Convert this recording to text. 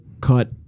cut